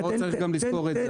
פה צריך גם לזכור את זה.